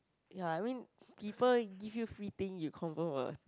ya I mean people give you free thing you confirm will